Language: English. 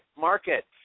market